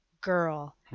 girl